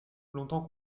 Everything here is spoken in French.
longtemps